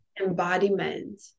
embodiment